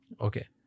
Okay